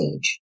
age